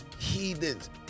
heathens